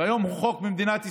והיום הוא חוק במדינת ישראל.